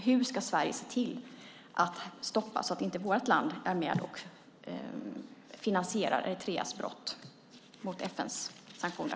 Hur ska Sverige stoppa detta så att vi inte är med och finansierar Eritreas brott mot FN:s sanktioner?